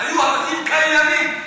היו הבתים קיימים,